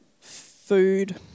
food